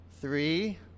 Three